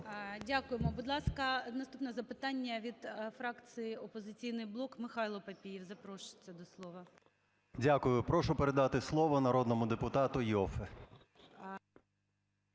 Дякуємо. Будь ласка, наступне запитання від фракції "Опозиційний блок". Михайло Папієв запрошується до слова. 10:31:22 ПАПІЄВ М.М. Дякую. Прошу передати слово народному депутату Іоффе.